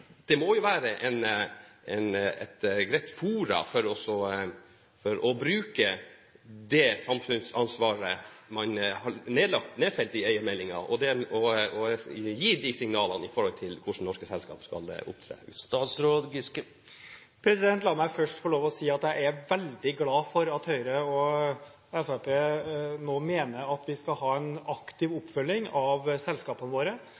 Det må være et greit forum å bruke det samfunnsansvaret man har nedfelt i eiermeldingen, i, og gi signaler om hvordan norske selskaper skal opptre. La meg først få si at jeg er veldig glad for at Høyre og Fremskrittspartiet nå mener at vi skal ha en aktiv oppfølging av selskapene våre,